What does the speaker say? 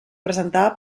presentava